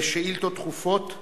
לשאילתות דחופות.